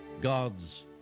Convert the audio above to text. God's